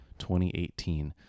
2018